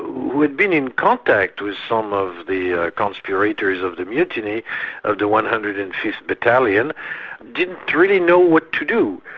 who had been in contact with some of the conspirators of the mutiny of the one hundred and fifth battalion didn't really know what to do.